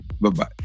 Bye-bye